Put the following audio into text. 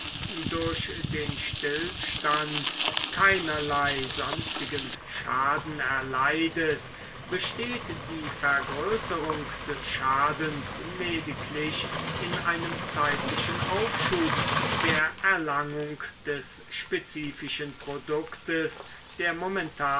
durch den stillstand keinerlei sonstigen schaden erleidet besteht die vergrößerung des schadens lediglich in einem zeitlichen aufschub der erlangung des spezifischen produktes der momentan